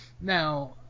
Now